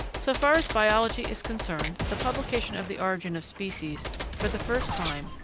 so far as biology is concerned, the publication of the origin of species for the first time,